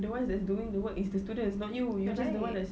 the one that's doing the work is the student not you you just don't want the